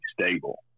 stable